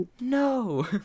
no